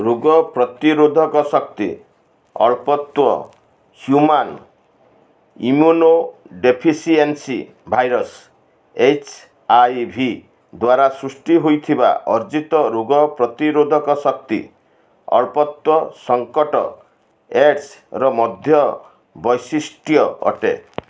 ରୋଗ ପ୍ରତିରୋଧକ ଶକ୍ତି ଅଳ୍ପତ୍ୱ human immunodeficiency virus H I V ଦ୍ୱାରା ସୃଷ୍ଟି ହୋଇଥିବା ଅର୍ଜିତ ରୋଗ ପ୍ରତିରୋଧକ ଶକ୍ତି ଅଳ୍ପତ୍ୱ ସଙ୍କଟ ଏକ୍ସ୍ ର ମଧ୍ୟ ବୈଶିଷ୍ଟ୍ୟ ଅଟେ